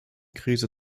krise